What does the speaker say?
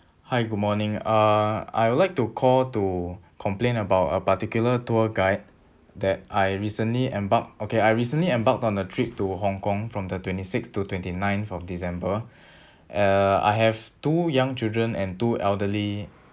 hi good morning uh I would like to call to complain about a particular tour guide that I recently embarked okay I recently embarked on a trip to hong kong from the twenty six to twenty nine of december uh I have two young children and two elderly